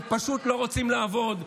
אתם פשוט לא רוצים לעבוד,